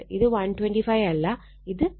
ഇത് 125 അല്ല ഇത് 40 ആണ്